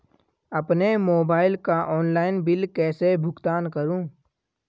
अपने मोबाइल का online bill कैसे भुगतान करूं?